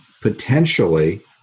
potentially